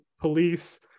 police